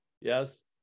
Yes